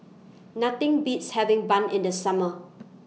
Nothing Beats having Bun in The Summer